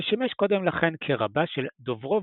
ששימש קודם לכן כרבה של דוברובנה,